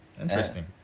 Interesting